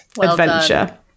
adventure